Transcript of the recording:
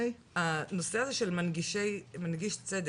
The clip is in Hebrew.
הנושא הזה של מנגיש צדק,